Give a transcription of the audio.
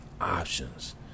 options